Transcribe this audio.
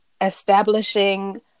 establishing